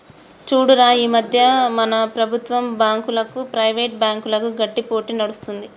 చూడురా ఈ మధ్య మన ప్రభుత్వం బాంకులకు, ప్రైవేట్ బ్యాంకులకు గట్టి పోటీ నడుస్తుంది